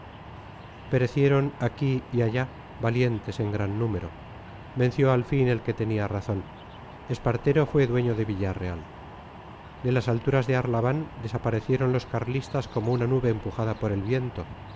perecieron aquí y allá valientes en gran número venció al fin el que tenía razón espartero fue dueño de villarreal de las alturas de arlabán desaparecieron los carlistas como una nube empujada por el viento